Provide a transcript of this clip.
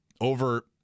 Over